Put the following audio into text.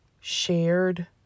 shared